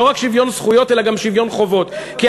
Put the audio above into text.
לא רק שוויון זכויות אלא גם שוויון חובות, איפה?